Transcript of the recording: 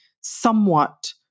somewhat